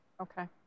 Okay